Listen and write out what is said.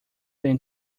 than